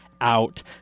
Out